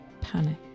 panic